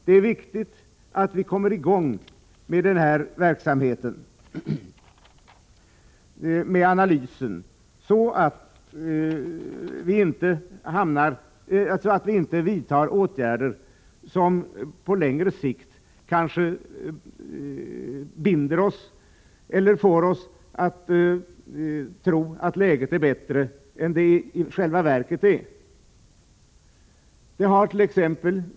Det är viktigt att vi kommer i gång med analysen, så att vi inte vidtar åtgärder som på längre sikt kanske binder oss eller får oss att tro att läget är bättre än det i själva verket är. Det hart.ex.